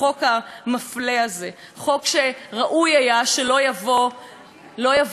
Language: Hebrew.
חוק שראוי היה שלא יבוא בכלל לידי מימוש.